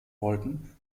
wollten